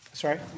Sorry